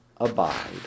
abide